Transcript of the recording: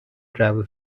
travel